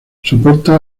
soporta